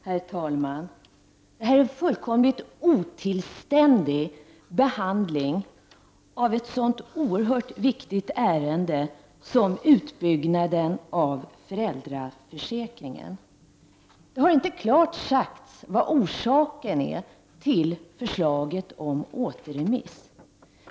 Herr talman! Det här är en fullständigt otillständig behandling av ett så oerhört viktigt ärende som utbyggnaden av föräldraförsäkringen. Det har inte klart sagts ifrån vad som är orsaken till förslaget om återremiss.